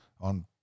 On